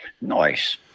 Nice